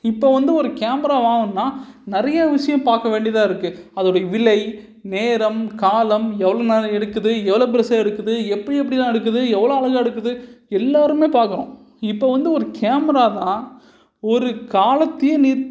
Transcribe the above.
இப்போ வந்து ஒரு கேமரா வாங்கணும்ன்னால் நிறைய விஷயம் பார்க்க வேண்டியதாக இருக்குது அதோடைய விலை நேரம் காலம் எவ்வளோ நேரம் எடுக்குது இது எவ்வளோ பெருசாக இருக்குது எப்படி எப்படியிலாம் எடுக்குது எவ்வளோ அழகாக எடுக்குது எல்லோருமே பார்க்கறோம் இப்போ வந்து ஒரு கேமரா தான் ஒரு காலத்தையே நி